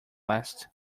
last